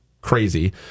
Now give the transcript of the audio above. crazy